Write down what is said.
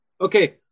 Okay